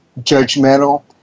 judgmental